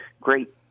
great